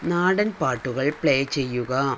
നാടൻ പാട്ടുകൾ പ്ലേ ചെയ്യുക